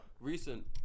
Recent